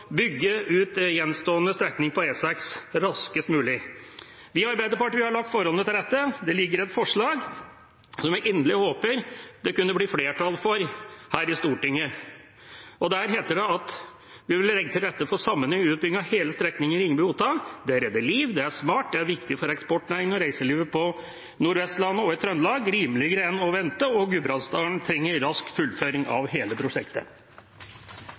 bygge ut gjenstående strekning på E6 raskest mulig. I Arbeiderpartiet har vi lagt forholdene til rette. Det ligger et forslag som vi inderlig håper det kunne bli flertall for her i Stortinget. Der heter det at vi ber regjeringa legge til rette for sammenhengende utbygging av hele strekningen Ringebu–Otta. Det redder liv. Det er smart. Det er viktig for eksportnæringen og reiselivet på Nord-Vestlandet og Trøndelag, det er rimeligere enn å vente, og Gudbrandsdalen trenger rask fullføring av hele prosjektet.